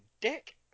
dick